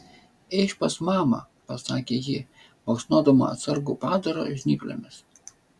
eikš pas mamą pasakė ji baksnodama atsargų padarą žnyplėmis